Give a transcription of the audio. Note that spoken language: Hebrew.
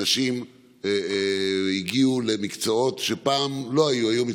נשים הגיעו למקצועות שפעם הן לא היו בהם.